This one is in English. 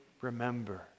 remember